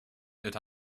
that